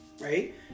right